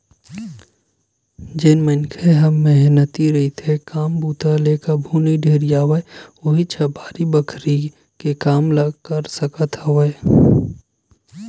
जेन मनखे ह मेहनती रहिथे, काम बूता ले कभू नइ ढेरियावय उहींच ह बाड़ी बखरी के काम ल कर सकत हवय